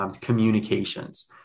communications